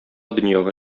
дөньяга